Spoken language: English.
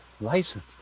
license